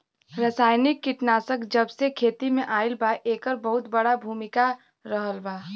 रासायनिक कीटनाशक जबसे खेती में आईल बा येकर बहुत बड़ा भूमिका रहलबा